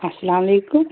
اَسلامُ علیکُم